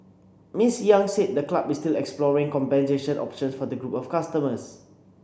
Miss Yang said the club is still exploring compensation options for the group of customers